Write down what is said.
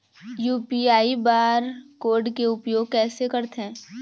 UPI bar code के उपयोग कैसे करथें?